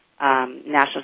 National